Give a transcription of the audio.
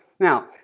Now